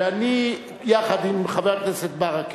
ואני, יחד עם חבר הכנסת ברכה,